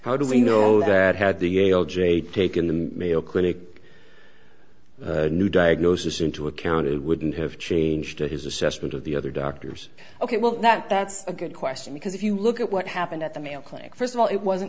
how do we know that had the yale j taken the male clinic new diagnosis into account it wouldn't have changed his assessment of the other doctors ok well that that's a good question because if you look at what happened at the mayo clinic first of all it wasn't